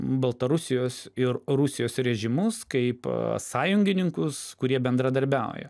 baltarusijos ir rusijos režimus kaip sąjungininkus kurie bendradarbiauja